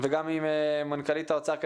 גם עם מנכ"לית האוצר,